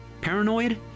paranoid